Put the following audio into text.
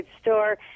store